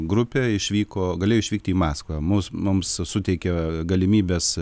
grupė išvyko galėjo išvykti į maskvą mus mums suteikė galimybes